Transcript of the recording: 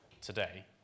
today